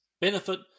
benefit